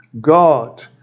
God